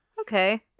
Okay